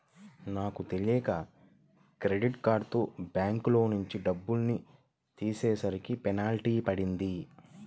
నాకు తెలియక క్రెడిట్ కార్డుతో బ్యాంకులోంచి డబ్బులు తీసేసరికి పెనాల్టీ పడింది